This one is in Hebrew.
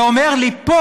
ואומר לי פה,